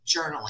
journaling